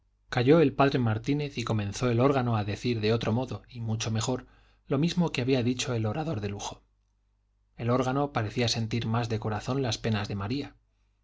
calló el p martínez y comenzó el órgano a decir de otro modo y mucho mejor lo mismo que había dicho el orador de lujo el órgano parecía sentir más de corazón las penas de maría